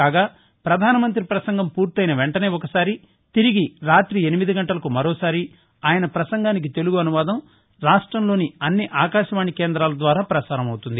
కాగా ప్రధానమంతి పసంగం పూర్తెన వెంటనే ఒకసారి తిరిగి రాతి ఎనిమిది గంటలకు మరో సారి ఆయన పసంగానికి తెలుగు అనువాదం రాష్టంలోని అన్ని ఆకాశవాణి కేందాల ద్వారా ప్రసారం అవుతుంది